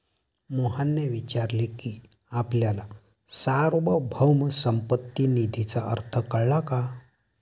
मोहनने विचारले की आपल्याला सार्वभौम संपत्ती निधीचा अर्थ कळला का?